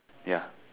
ya